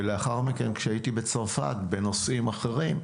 ולאחר מכן, כשהייתי בצרפת לנושאים אחרים,